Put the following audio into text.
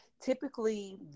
typically